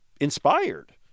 inspired